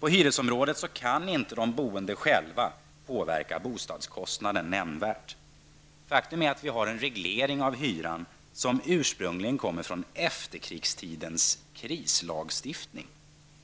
På hyresområdet kan de boende själva inte nämnvärt påverka bostadskostnaden. Faktum är att vi har en reglering av hyran som ursprungligen kommer från efterkrigstidens krislagstiftning.